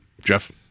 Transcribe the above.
jeff